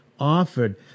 offered